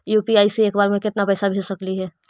UPI से एक बार मे केतना पैसा भेज सकली हे?